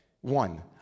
one